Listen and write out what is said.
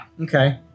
Okay